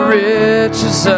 riches